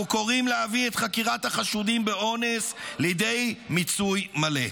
אנחנו קוראים להביא את חקירת החשודים באונס לידי מיצוי מלא.